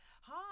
hi